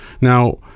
Now